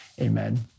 amen